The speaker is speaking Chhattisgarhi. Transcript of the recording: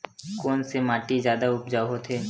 कोन से माटी जादा उपजाऊ होथे?